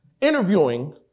interviewing